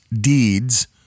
deeds